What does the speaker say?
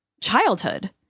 childhood